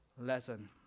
lesson